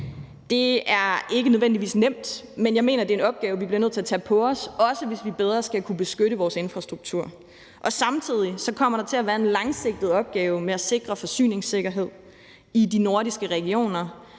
nødvendigvis nemt, men jeg mener, at det er en opgave, vi bliver nødt til at tage på os, også hvis vi bedre skal kunne beskytte vores infrastruktur. Samtidig kommer der til at være en langsigtet opgave med at sikre forsyningssikkerheden i de nordiske regioner.